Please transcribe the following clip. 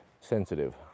sensitive